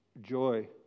joy